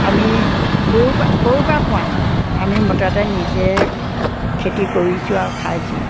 আমি কাৰোৰেপৰা কাৰোৰেপৰা পোৱা নাই আমি মুঠতে নিজে খেতি কৰিছোঁ আৰু খাইছোঁ